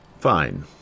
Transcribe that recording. Fine